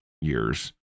years